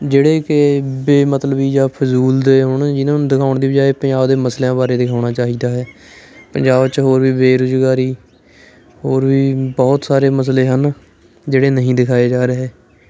ਜਿਹੜੇ ਕਿ ਬੇ ਮਤਲਬੀ ਜਾਂ ਫਜ਼ੂਲ ਦੇ ਹੋਣ ਜਿਨਾਂ ਨੂੰ ਦਿਖਾਉਣ ਦੀ ਬਜਾਏ ਪੰਜਾਬ ਦੇ ਮਸਲਿਆਂ ਬਾਰੇ ਦਿਖਾਉਣਾ ਚਾਹੀਦਾ ਹੈ ਪੰਜਾਬ 'ਚ ਹੋਰ ਵੀ ਬੇਰੁਜ਼ਗਾਰੀ ਹੋਰ ਵੀ ਬਹੁਤ ਸਾਰੇ ਮਸਲੇ ਹਨ ਜਿਹੜੇ ਨਹੀਂ ਦਿਖਾਏ ਜਾ ਰਹੇ